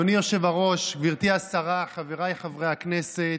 אדוני היושב בראש, גברתי השרה, חבריי חברי הכנסת,